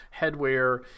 headwear